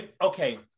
okay